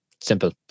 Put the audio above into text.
Simple